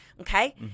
Okay